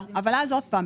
אבל אז עוד פעם,